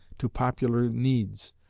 to popular needs,